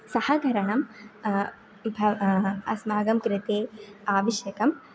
सहकारणं भव् अस्माकं कृते आवश्यकम्